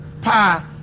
pie